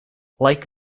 like